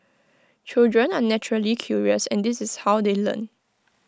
children are naturally curious and this is how they learn